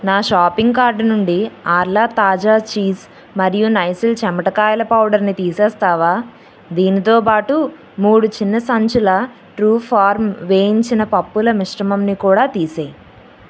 నా shopping card నుండి Arla తాజా చీజ్ మరియు నైసిల్ చెమటకాయల పౌడర్ని తీసేస్తావా దీనితో పాటు మూడు చిన్న సంచుల ట్రూ ఫార్మ్ వేయించిన పప్పుల మిశ్రమాన్ని కూడా తీసేయి